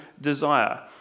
desire